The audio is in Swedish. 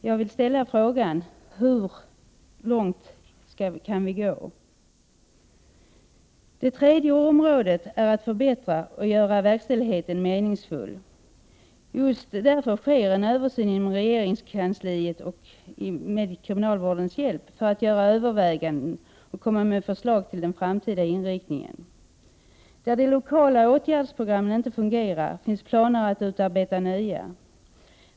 Jag vill då ställa frågan: Hur långt kan vi gå? Det tredje området är att förbättra verkställigheten och göra den meningsfull. Inom regeringskansliet sker med kriminalvårdens hjälp en översyn för att göra överväganden och komma med förslag till den framtida inriktningen. Där de lokala åtgärdsprogrammen inte fungerar finns planer att utarbeta nya.